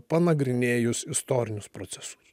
panagrinėjus istorinius procesus